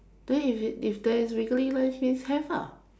then if it if there is wiggly lines means have ah